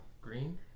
Green